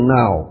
now